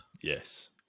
Yes